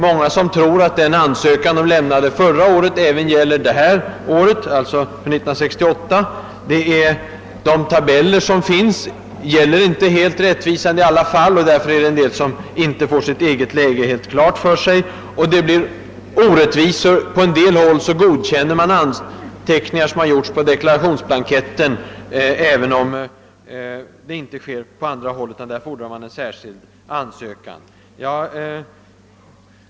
Många tror också att den ansökan de lämnade in för 1967 gäller även för 1968. De tabeller som tillhandahålls är heller inte helt rättvisande, och därför får en del människor inte sitt läge helt klart för sig. Det uppstår också orättvisor. På en del håll godkänner man anteckningar som gjorts på deklarationsblanketten, medan man på andra håll inte godkänner sådana anteckningar, utan fordrar en särskild ansökan.